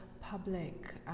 public